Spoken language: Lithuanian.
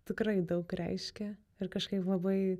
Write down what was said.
tikrai daug reiškia ir kažkaip labai